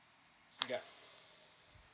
yup